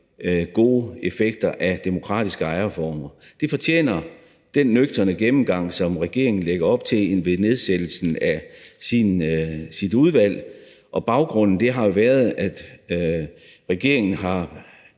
gode effekter af demokratiske ejerformer. Det fortjener den nøgterne gennemgang, som regeringen lægger op til ved nedsættelsen af sit udvalg. Baggrunden har jo været, at regeringen har